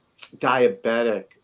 diabetic